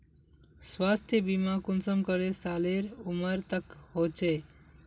स्वास्थ्य बीमा कुंसम करे सालेर उमर तक होचए?